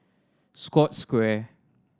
Scotts Square